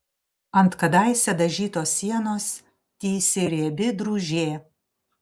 ant kadaise dažytos sienos tįsi riebi drūžė